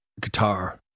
guitar